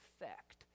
effect